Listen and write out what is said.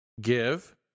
Give